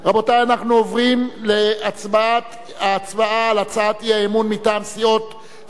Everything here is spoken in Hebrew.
אנחנו עוברים להצבעה על הצעת אי-אמון מטעם סיעות חד"ש,